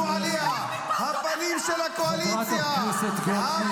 חבר הכנסת עידן רול.